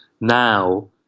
Now